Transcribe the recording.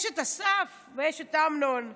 יש אסף ויש אמנון,